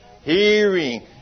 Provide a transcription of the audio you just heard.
Hearing